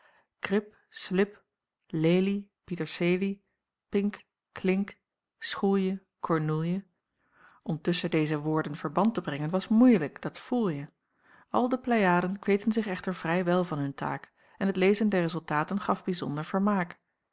slip lelie pietercelie pink klink schoelje kornoelje om tusschen deze woorden verband te brengen was moeilijk dat voelje al de pleiaden kweten zich echter vrij wel van hun taak en het lezen der rezultaten gaf bijzonder vermaak